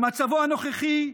במצבו הנוכחי,